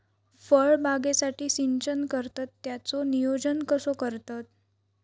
फळबागेसाठी सिंचन करतत त्याचो नियोजन कसो करतत?